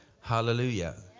Hallelujah